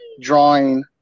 drawing